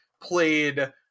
played